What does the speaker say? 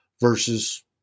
versus